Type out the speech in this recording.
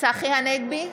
צחי הנגבי,